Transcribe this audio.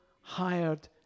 hired